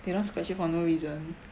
they don't scratch it for no reason